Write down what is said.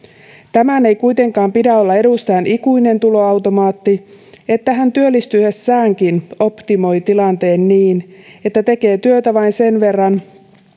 tämän ei kuitenkaan pidä olla edustajan ikuinen tuloautomaatti että hän työllistyessäänkin optimoi tilanteen niin että tekee työtä vain sen verran